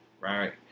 right